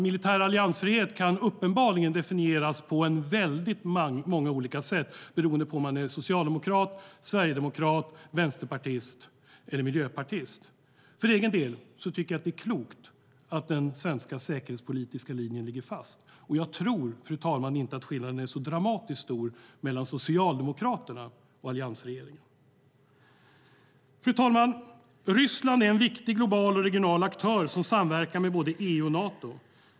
Militär alliansfrihet kan uppenbarligen definieras på väldigt många olika sätt beroende på om man är socialdemokrat, sverigedemokrat, vänsterpartist eller miljöpartist. För egen del tycker jag att det är klokt att den svenska säkerhetspolitiska linjen ligger fast. Jag tror inte att skillnaden är så dramatiskt stor mellan Socialdemokraterna och alliansregeringen. Fru talman! Ryssland är en viktig global och regional aktör som samverkar med både EU och Nato.